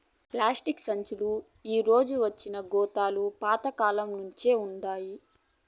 plastic సంచీలు ఈ దినమొచ్చినా గోతాలు పాత కాలంనుంచే వుండాయి